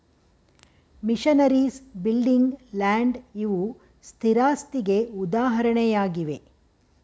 missionaries, building, land ಇವು ಸ್ಥಿರಾಸ್ತಿಗೆ ಉದಾಹರಣೆಯಾಗಿವೆ